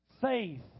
faith